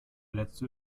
letzte